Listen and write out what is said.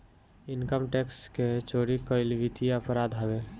income tax के चोरी कईल वित्तीय अपराध हवे